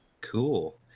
Cool